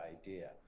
idea